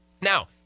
Now